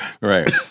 right